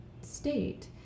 state